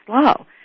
slow